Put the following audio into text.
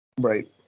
Right